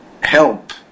help